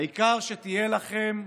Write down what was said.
העיקר שתהיה לכם,